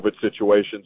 situations